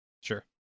Sure